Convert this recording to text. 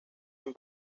amb